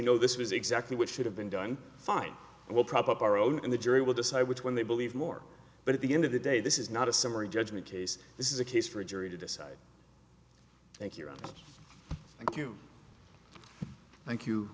no this was exactly what should have been done fine well prop up our own and the jury will decide which one they believe more but at the end of the day this is not a summary judgment case this is a case for a jury to decide thank you thank you thank you